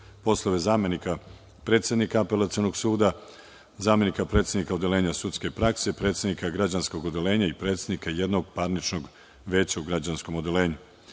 poslove zamenika predsednika Apelacionog suda, zamenika predsednika Odeljenja sudske prakse, predsednika građanskog odeljenja i predsednika jednog parničnog veća u građanskom odeljenju.